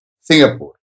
Singapore